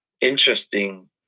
interesting